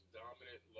dominant